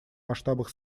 масштабах